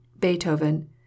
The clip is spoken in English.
Beethoven